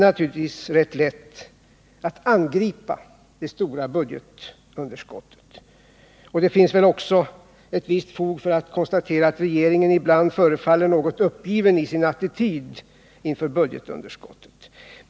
Naturligtvis är det ganska lätt att kritisera det stora budgetunderskottet, och det finns väl också ett visst fog för konstaterandet att regeringen ibland förefaller något uppgiven i sin attityd gentemot budgetunderskottet.